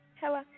Hello